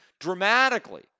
dramatically